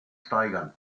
steigern